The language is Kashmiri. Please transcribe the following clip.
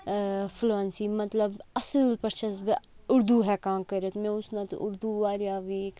فُلوٗوَنسی مَطلَب اَصٕل پٲٹھۍ چھَس بہٕ اُردو ہیٚکان کٔرِتھ مےٚ اوس نَتہٕ اُردو وارِیاہ ویٖک